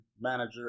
manager